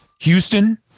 Houston